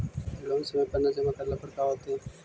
Loan समय पर न जमा करला पर का होतइ?